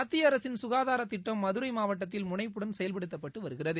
மத்திய அரசின் சுகாதாரத் திட்டம் மதுரை மாவட்டத்தில் முனைப்புடன் செயல்படுத்தப்பட்டு வருகிறது